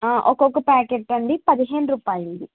ఒకొక్క ప్యాకెట్ అండి పదిహేను రూపాయలది